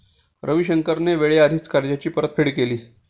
रविशंकरने वेळेआधीच कर्जाची परतफेड केली